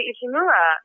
Ishimura